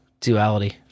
duality